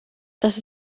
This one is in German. dass